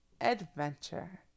adventure